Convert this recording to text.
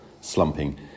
slumping